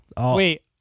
Wait